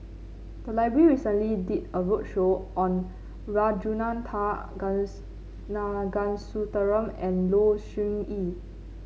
the library recently did a roadshow on Ragunathar and Low Siew Nghee